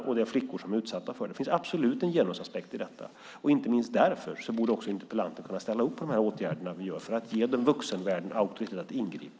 Det är flickor som är utsatta för det. Det finns absolut en genusaspekt i detta. Inte minst därför borde interpellanten kunna ställa upp på de åtgärder som vi vidtar för att ge vuxenvärlden auktoritet att ingripa.